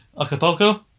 Acapulco